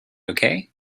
okay